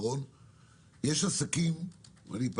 דבר נוסף ואחרון: יש עסקים,